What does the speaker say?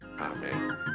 Amen